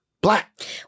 Black